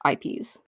IPs